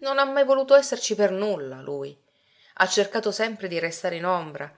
non ha mai voluto esserci per nulla lui ha cercato sempre di restare in ombra